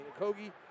Kogi